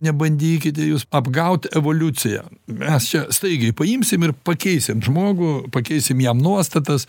nebandykite jūs apgaut evoliuciją mes čia staigiai paimsim ir pakeisim žmogų pakeisim jam nuostatas